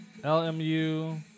LMU